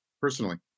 personally